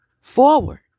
forward